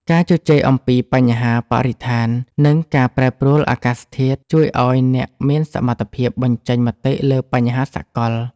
ការជជែកអំពីបញ្ហាបរិស្ថាន និងការប្រែប្រួលអាកាសធាតុ ជួយឱ្យអ្នកមានសមត្ថភាពបញ្ចេញមតិលើបញ្ហាសកល។